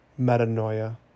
metanoia